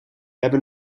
hebben